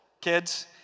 kids